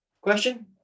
Question